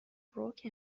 بروک